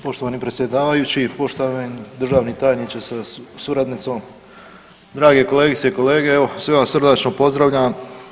Poštovani predsjedavajući, poštovani državni tajniče sa suradnicom, drage kolegice i kolege evo sve vas srdačno pozdravljam.